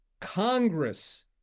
Congress